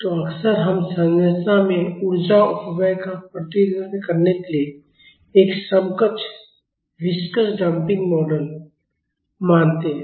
तो अक्सर हम संरचना में ऊर्जा अपव्यय का प्रतिनिधित्व करने के लिए एक समकक्ष विस्कस डंपिंग मॉडल मानते हैं